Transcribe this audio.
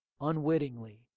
unwittingly